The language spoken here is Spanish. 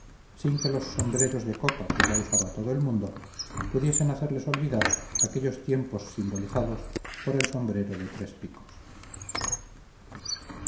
los sombreros de copa que ya usaba todo el mundo pudiesen hacerles olvidar aquellos tiempos simbolizados por el sombrero de tres picos